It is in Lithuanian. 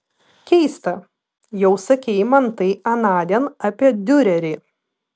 keista jau sakei man tai anądien apie diurerį